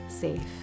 safe